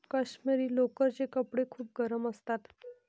काश्मिरी लोकरचे कपडे खूप गरम असतात